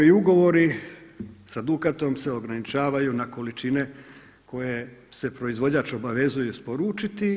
I ugovori sa Dukatom se ograničavaju na količine koje se proizvođač obavezuje isporučiti.